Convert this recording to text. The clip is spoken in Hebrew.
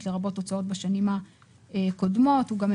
מה זה